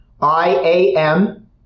I-A-M